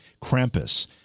Krampus